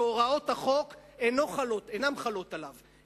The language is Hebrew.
שהוראות החוק אינן חלות עליו,